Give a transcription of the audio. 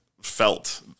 felt